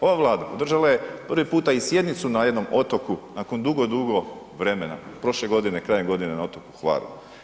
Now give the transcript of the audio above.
Ova Vlada podržala je prvi puta i sjednicu na jednom otoku nakon dugo, dugo vremena, prošle godine krajem godine na otoku Hvaru.